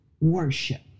worship